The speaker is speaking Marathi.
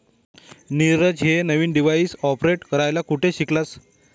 नीरज, तू हे नवीन डिव्हाइस ऑपरेट करायला कुठे शिकलास?